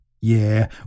Yeah